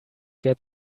get